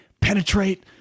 penetrate